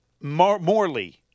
Morley